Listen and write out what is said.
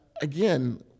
Again